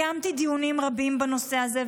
קיימתי דיונים רבים בנושא הזה,